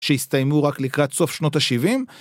שהסתיימו רק לקראת סוף שנות ה-70